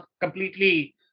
completely